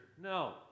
No